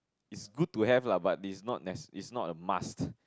is good to have lah but it's not ne~ it's not a must